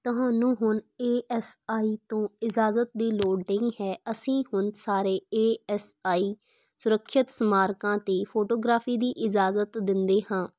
ਤੁਹਾਨੂੰ ਹੁਣ A S I ਤੋਂ ਇਜਾਜ਼ਤ ਦੀ ਲੋੜ ਨਹੀਂ ਹੈ ਅਸੀਂ ਹੁਣ ਸਾਰੇ ਏ ਐਸ ਆਈ ਸੁਰੱਖਿਅਤ ਸਮਾਰਕਾਂ 'ਤੇ ਫੋਟੋਗ੍ਰਾਫੀ ਦੀ ਇਜਾਜ਼ਤ ਦਿੰਦੇ ਹਾਂ